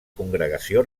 congregació